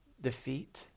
defeat